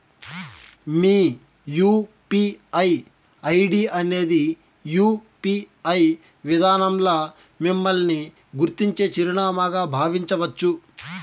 మీ UPI ID అనేది UPI విదానంల మిమ్మల్ని గుర్తించే చిరునామాగా బావించచ్చు